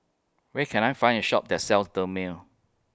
Where Can I Find A Shop that sells Dermale